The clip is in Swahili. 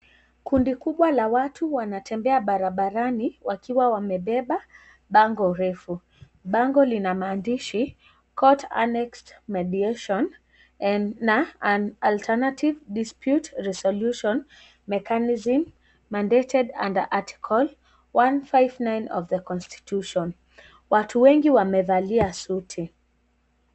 Kundi kubwa la watu wanatembea barabarani wakiwa wamebeba bango refu, bango lina maandishi Court Annexed Mediation and na An alternative dispute resolution mechanisim, mandated under article one five nine of the constitution , watu wengi wamevalia suti.